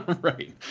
Right